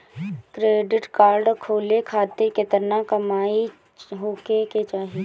Credit card खोले खातिर केतना कमाई होखे के चाही?